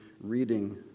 reading